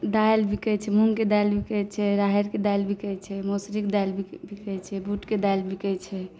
दालि बिकै छै मूँगके दालि बिकै छै राहड़िके दालि बिकै छै मौसरीके दालि बिकै छै बूटके दालि बिकै छै